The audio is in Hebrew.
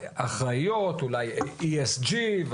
אחראיות אולי ESG,